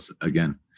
again